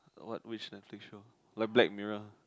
what which netflix show like Black Mirror